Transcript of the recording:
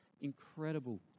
incredible